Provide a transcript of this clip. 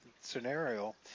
scenario